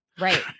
Right